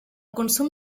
consum